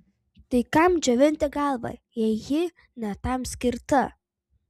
tai kam džiovinti galvą jei ji ne tam skirta